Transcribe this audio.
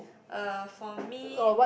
uh for me